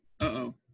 Uh-oh